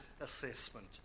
assessment